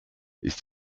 ist